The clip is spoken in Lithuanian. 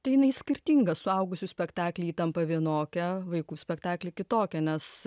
tai jinai skirtinga suaugusių spektakly ji tampa vienokia vaikų spektakly kitokia nes